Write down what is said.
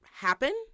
happen